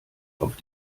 auf